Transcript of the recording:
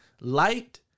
light